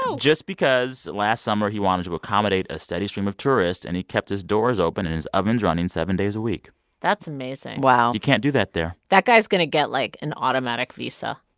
ah just because last summer, he wanted to accommodate a steady stream of tourists. and he kept his doors open and his ovens running seven days a week that's amazing wow you can't do that there that guy's going to get, like, an automatic visa